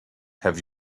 have